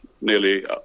nearly